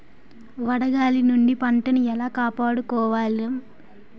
వడగాలి నుండి పంటను ఏలా కాపాడుకోవడం?